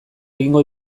egingo